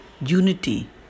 unity